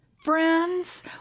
Friends